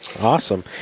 awesome